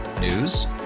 News